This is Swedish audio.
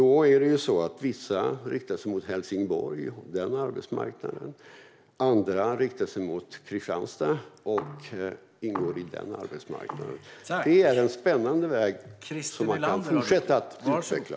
Vissa riktar sig mot Helsingborg och den arbetsmarknaden. Andra riktar sig mot Kristianstad och ingår i den arbetsmarknaden. Det är en spännande väg som man kan fortsätta att utveckla.